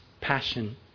passion